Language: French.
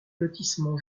lotissement